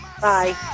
Bye